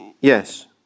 Yes